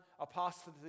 apostasy